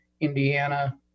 Indiana